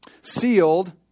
sealed